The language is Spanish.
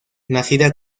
nacida